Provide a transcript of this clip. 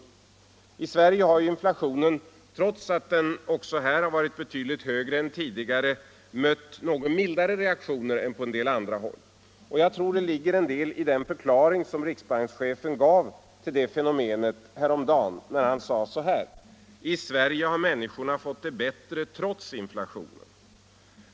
I Sverige har inflationen, trots att den också här har varit betydligt högre än tidigare, mött något mildare reaktioner än på en del andra håll. Jag tror det ligger en del i den förklaring som riksbankschefen gav till det fenomenet häromdagen, när han sade: ”I Sverige har människorna fått det bättre trots inflationen.